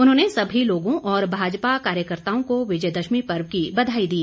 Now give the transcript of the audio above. उन्होंने सभी लोगों और भाजपा कार्यकर्ताओं को विजय दशमी पर्व की बधाई दी